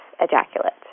ejaculate